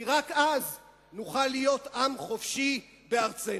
כי רק אז נוכל להיות עם חופשי בארצנו.